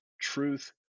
truth